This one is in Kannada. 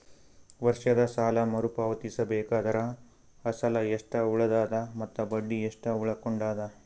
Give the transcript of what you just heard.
ವರ್ಷದ ಸಾಲಾ ಮರು ಪಾವತಿಸಬೇಕಾದರ ಅಸಲ ಎಷ್ಟ ಉಳದದ ಮತ್ತ ಬಡ್ಡಿ ಎಷ್ಟ ಉಳಕೊಂಡದ?